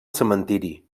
cementiri